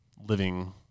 living